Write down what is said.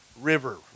river